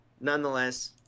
nonetheless